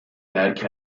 درک